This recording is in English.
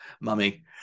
mummy